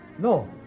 no